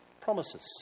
promises